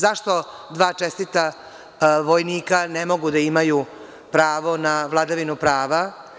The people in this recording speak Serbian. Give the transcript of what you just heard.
Zašto dva čestita vojnika ne mogu da imaju pravo na vladavinu prava?